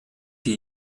die